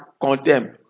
condemn